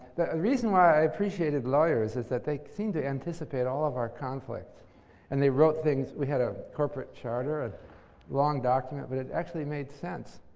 the reason why i appreciated lawyers is that they seemed to anticipate all of our conflict and they wrote things. we had a corporate charter, a long document, but it actually made sense,